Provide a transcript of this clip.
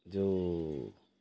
ଯୋଉ